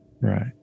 right